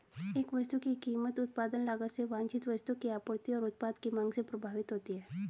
एक वस्तु की कीमत उत्पादन लागत से वांछित वस्तु की आपूर्ति और उत्पाद की मांग से प्रभावित होती है